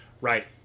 right